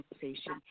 conversation